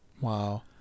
Wow